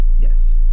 Yes